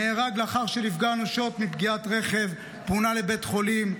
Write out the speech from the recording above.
נהרג לאחר שנפגע אנושות מפגיעת רכב ופונה לבית חולים.